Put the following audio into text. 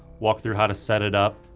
walk through how to set it up,